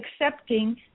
accepting